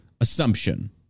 Assumption